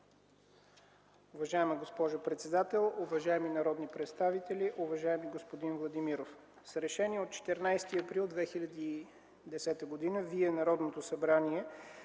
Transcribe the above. Уважаема госпожо председател, уважаеми народни представители! Уважаеми господин Владимиров, с решение от 14 април 2010 г. Вие в Народното събрание